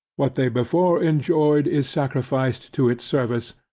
what they before enjoyed is sacrificed to its service,